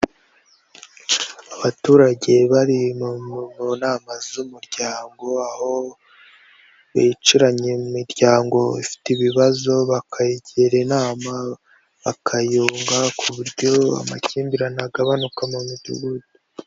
Abaturage bari mu nama z'umuryango, aho bicaranya imiryango ifite ibibazo bakayigira inama, bakayunga ku buryo amakimbirane agabanuka mu midugudu.